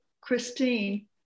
Christine